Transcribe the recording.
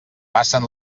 passen